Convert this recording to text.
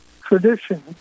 tradition